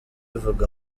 ivuga